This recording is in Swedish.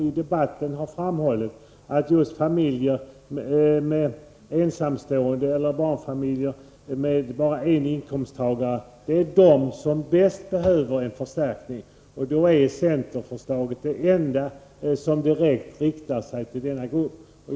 I debatten har man framhållit att just ensamstående familjeförsörjare eller barnfamiljer med bara en inkomsttagare är de som bäst behöver förstärkning. Centerförslaget är det enda som direkt riktar sig till denna grupp.